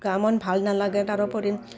গা মন ভাল নালাগে তাৰোপৰি